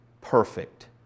perfect